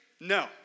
No